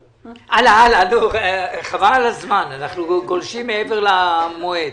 הלאה, חבל על הזמן, אנחנו גולשים מעבר למועד.